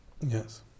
yes